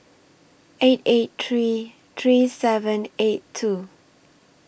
eight eight three three seven eight two